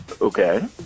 Okay